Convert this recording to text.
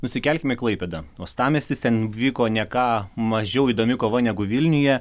nusikelkim į klaipėdą uostamiestis ten vyko ne ką mažiau įdomi kova negu vilniuje